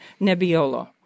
Nebbiolo